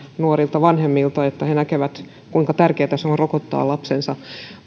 nuorilta vanhemmilta että he näkevät kuinka tärkeätä on rokottaa lapsensa